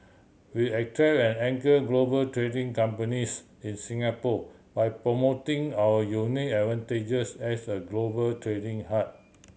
we attract and anchor global trading companies in Singapore by promoting our unique advantages as a global trading hub